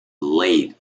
late